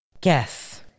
Guess